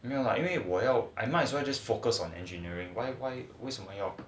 没有 lah 因为我要 I might as well just focus on engineering why why 为什么要